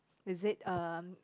is it uh